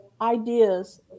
ideas